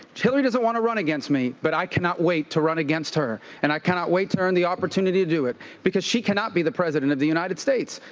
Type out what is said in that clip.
hillary doesn't want to run against me, but i cannot wait to run against her. and i cannot wait to earn the opportunity to do it because she cannot be the president of the united states.